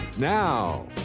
Now